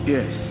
Yes